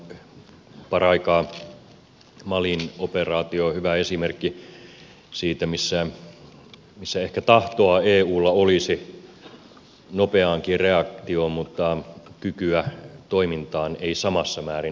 meillä on paraikaa malin operaatio hyvä esimerkki siitä missä ehkä tahtoa eulla olisi nopeaankin reaktioon mutta kykyä toimintaan ei samassa määrin ole